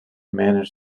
manage